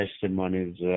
testimonies